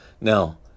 Now